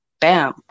bam